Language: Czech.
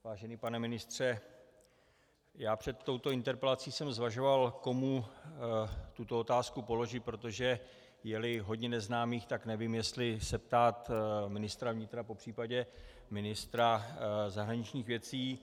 Vážený pane ministře, před touto interpelací jsem zvažoval, komu tuto otázku položit, protože jeli hodně neznámých, tak nevím, jestli se ptát ministra vnitra, popř. ministra zahraničních věcí.